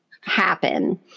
happen